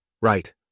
Right